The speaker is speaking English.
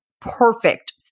perfect